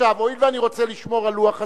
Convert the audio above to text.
הואיל ואני רוצה לשמור על לוח הזמנים,